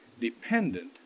dependent